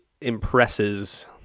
impresses